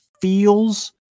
feels